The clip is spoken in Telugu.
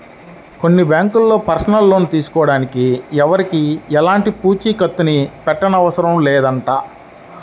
కొన్ని బ్యాంకుల్లో పర్సనల్ లోన్ తీసుకోడానికి ఎవరికీ ఎలాంటి పూచీకత్తుని పెట్టనవసరం లేదంట